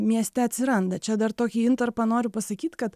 mieste atsiranda čia dar tokį intarpą noriu pasakyt kad